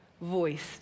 voiced